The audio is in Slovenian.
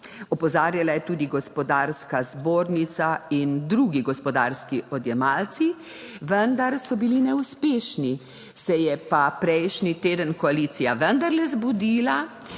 Opozarjala je tudi Gospodarska zbornica in drugi gospodarski odjemalci, vendar so bili neuspešni. Se je pa prejšnji teden koalicija, vendarle zbudila